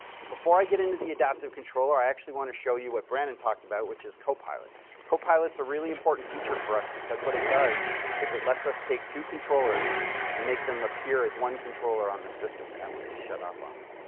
before i get into the adaptive controller, i want to show you what brannon talked about, which is copilot. copilot is a really important feature for us because what it does is lets us take two controllers and make them appear as one controller on the system. that one just shut off on me.